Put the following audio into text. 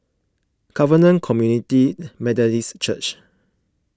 Covenant Community Methodist Church